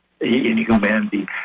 inhumanity